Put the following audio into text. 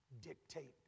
dictate